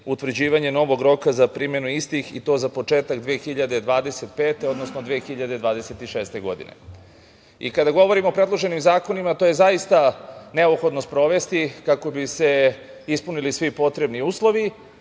utvrđivanje novog roka za primenu istih i to za početak 20025. godine, odnosno 2026. godine. Kada govorimo o predloženim zakonima, to je zaista neophodno sprovesti kako bi se ispunili svi potrebni uslovi